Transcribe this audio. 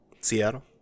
Seattle